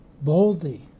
boldly